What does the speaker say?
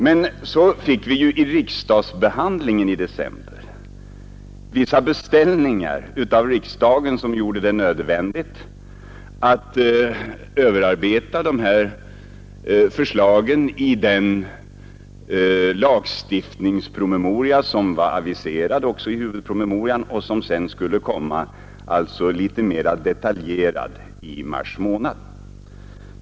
Men så fick vi ju vid riksdagsbehandlingen i december vissa beställningar av riksdagen som gjorde det nödvändigt att överarbeta förslagen i den lagstiftningspromemoria som var aviserad i huvudpromemorian och som skulle komma, litet mera detaljerad, i mars månad.